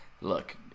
Look